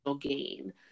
gain